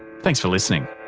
thanks for listening